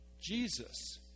Jesus